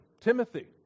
Timothy